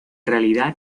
realidad